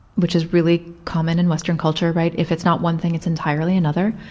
which is really common in western culture, right if it's not one thing, it's entirely another.